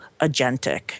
agentic